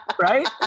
Right